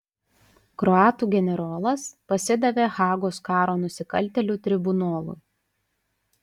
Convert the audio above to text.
kroatų generolas pasidavė hagos karo nusikaltėlių tribunolui